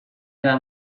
seva